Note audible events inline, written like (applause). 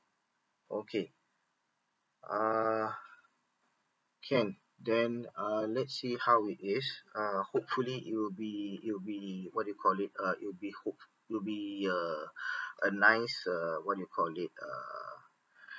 okay uh can then uh let's see how it is uh hopefully it would be it would be what you call it uh it will be hop~ it will be uh (breath) a nice a what you call it uh